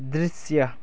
दृश्य